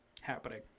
happening